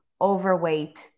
overweight